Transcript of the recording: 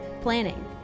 planning